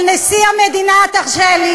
של נשיא המדינה, אף אחד לא שמע.